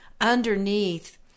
underneath